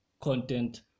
content